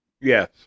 Yes